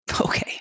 okay